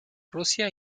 rusia